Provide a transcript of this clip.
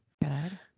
Good